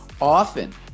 often